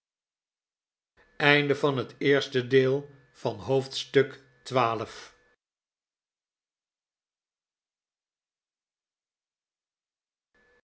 oosten van het westen van het